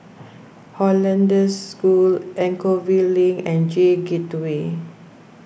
Hollandse School Anchorvale Link and J Gateway